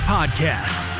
Podcast